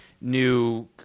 new